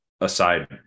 aside